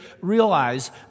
realize